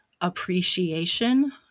appreciation